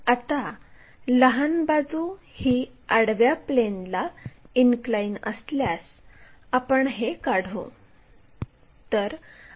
आता लहान बाजू ही आडव्या प्लेनला इनक्लाइन असल्यास आपण हे काढू